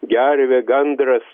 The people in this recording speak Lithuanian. gervė gandras